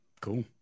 Cool